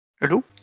Hello